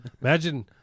Imagine